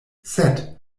sed